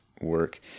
work